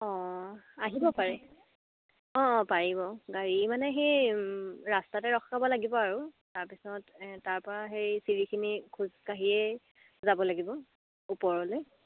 অঁ আহিব পাৰে অঁ অঁ পাৰিব গাড়ী মানে সেই ৰাস্তাতে ৰখাব লাগিব আৰু তাৰপিছত তাৰপৰা সেই চিৰিখিনি খোজকাঢ়িয়ে যাব লাগিব ওপৰলৈ